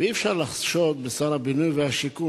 ואי-אפשר לחשוד בשר הבינוי והשיכון